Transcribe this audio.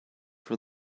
for